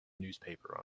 newspaper